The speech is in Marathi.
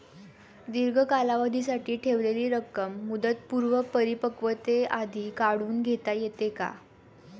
दीर्घ कालावधीसाठी ठेवलेली रक्कम मुदतपूर्व परिपक्वतेआधी काढून घेता येते का?